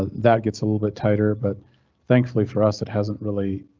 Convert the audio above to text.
that gets a little bit tighter, but thankfully for us, it hasn't really.